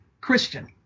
Christian